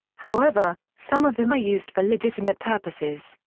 however, some of them are used for legitimate purposes,